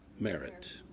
merit